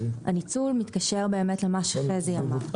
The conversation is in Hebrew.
הניצול מתקשר באמת למה שחזי אמר,